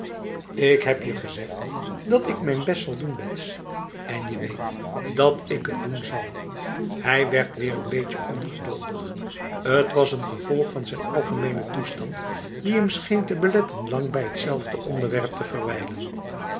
ik heb je gezegd dat ik mijn best zal doen bets en je weet dat ik het doen zal hij werd weer n beetje ongeduldig t was een gevolg van zijn algemene toestand die hem scheen te beletten lang bij t zelfde onderwerp te verwijlen